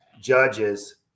judges